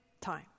time